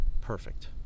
perfect